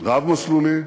רב-מסלולי,